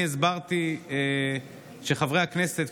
אני הסברתי שחברי הכנסת,